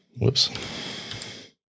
Whoops